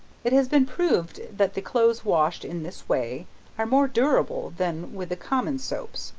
it has been proved that the clothes washed in this way are more durable than with the common soaps,